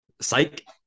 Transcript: psych